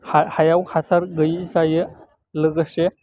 हायाव हासार गोयि जायो लोगोसे